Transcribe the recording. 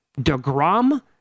DeGrom